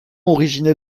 originel